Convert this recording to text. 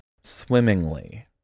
swimmingly